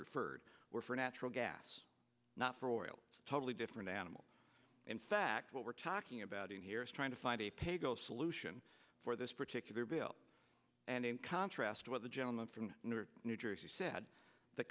referred were for natural gas not for oil totally different animals in fact what we're talking about here is trying to find a paygo solution for this particular bill and in contrast to what the gentleman from new jersey said the